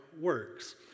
works